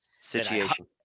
Situation